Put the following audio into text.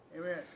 Amen